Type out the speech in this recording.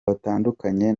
batandukanye